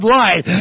life